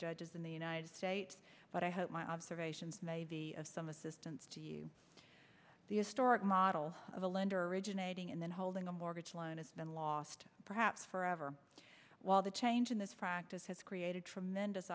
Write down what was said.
judges in the united states but i hope my observations may be of some assistance to you the historic model of a lender originating and then holding a mortgage loan has been lost perhaps forever while the change in this practice has created tremendous